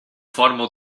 forma